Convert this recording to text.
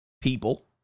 people